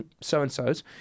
so-and-so's